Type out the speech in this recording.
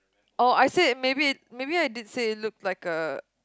oh I said maybe it maybe I did say it looked like a